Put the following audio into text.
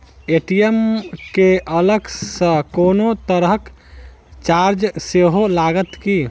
ATM केँ अलग सँ कोनो तरहक चार्ज सेहो लागत की?